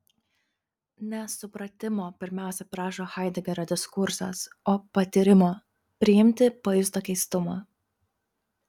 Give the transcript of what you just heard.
ne supratimo pirmiausia prašo haidegerio diskursas o patyrimo priimti pajustą keistumą